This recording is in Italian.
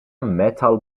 metal